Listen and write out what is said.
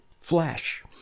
flash